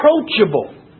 approachable